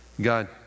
God